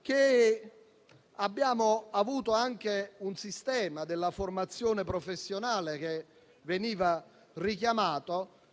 che in quel sistema della formazione professionale che veniva richiamato